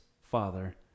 father